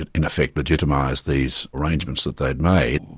and in effect, legitimise these arrangements that they'd made.